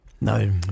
no